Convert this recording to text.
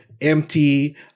empty